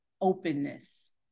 openness